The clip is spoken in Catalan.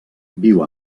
viu